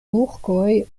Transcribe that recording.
turkoj